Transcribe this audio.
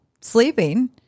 sleeping